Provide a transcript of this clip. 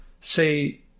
say